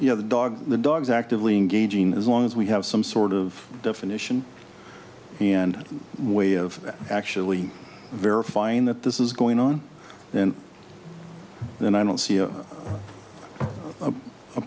know the dog the dog is actively engaging as long as we have some sort of definition and way of actually verifying that this is going on and then i don't see a